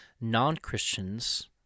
Non-Christians